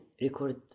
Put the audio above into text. record